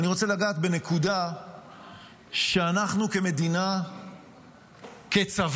אני רוצה לגעת בנקודה שאנחנו כמדינה, כצבא,